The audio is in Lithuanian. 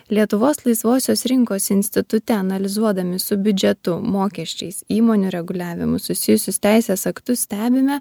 lietuvos laisvosios rinkos institute analizuodami su biudžetu mokesčiais įmonių reguliavimu susijusius teisės aktus stebime